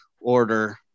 order